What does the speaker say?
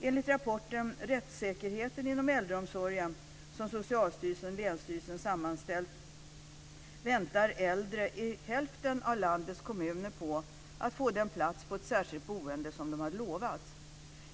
Enligt rapporten Rättssäkerhet inom äldreomsorgen, som Socialstyrelsen och länsstyrelserna har sammanställt, väntar äldre i hälften av landets kommuner på att få den plats i ett särskilt boende som de har lovats.